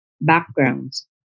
backgrounds